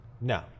No